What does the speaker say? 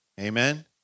Amen